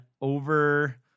over